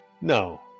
No